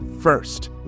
first